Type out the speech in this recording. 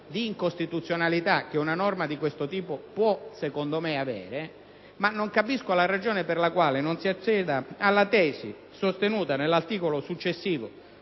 di incostituzionalità che una norma di questo tipo può avere, non capisco la ragione per la quale non si acceda alla tesi sostenuta nell'emendamento successivo,